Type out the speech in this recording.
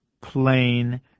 plain